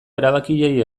erabakiei